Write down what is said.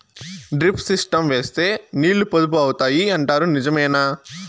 Drip system వేస్తే నీళ్లు పొదుపు అవుతాయి అంటారు నిజమేనా?